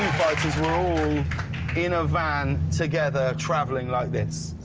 fighters were all in a van together traveling like this?